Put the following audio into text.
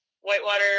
whitewater